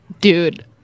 Dude